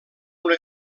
una